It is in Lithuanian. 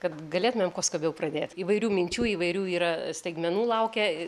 kad galėtumėm kuo skubiau pradėt įvairių minčių įvairių yra staigmenų laukia